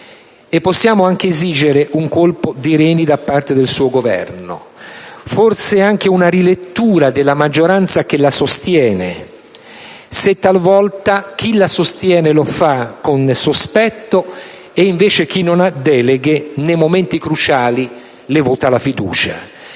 e possiamo anche esigere un colpo di reni da parte del suo Governo, forse anche una rilettura della maggioranza che la sostiene, se chi la sostiene talvolta lo fa con sospetto e invece chi non ha deleghe, nei momenti cruciali, le vota la fiducia.